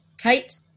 Kate